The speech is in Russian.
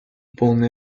полная